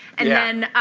and